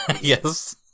Yes